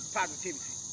Positivity